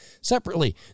Separately